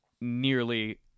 nearly